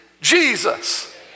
Jesus